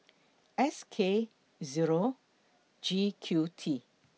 S K Zero G Q T